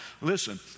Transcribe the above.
Listen